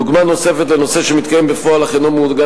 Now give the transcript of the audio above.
דוגמה נוספת לנושא שמתקיים בפועל אך אינו מעוגן